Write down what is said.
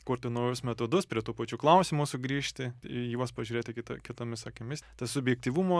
kurti naujus metodus prie tų pačių klausimų sugrįžti į juos pažiūrėti kitu kitomis akimis tas subjektyvumo